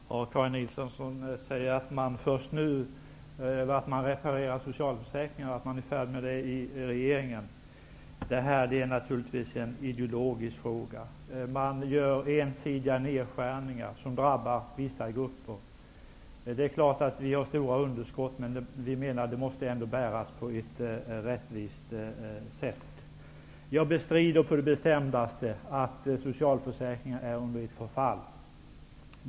Herr talman! Karin Israelsson säger att man först nu reparerar socialförsäkringarna och att man är i färd med detta i regeringen. Det är naturligtvis en ideologisk fråga. Man gör ensidiga nedskärningar som drabbar vissa grupper. Det är klart att vi har stora underskott, men de måste ändå bäras på ett rättvist sätt. Jag bestrider på det bestämdaste att socialförsäkringarna är under förfall.